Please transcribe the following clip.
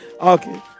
Okay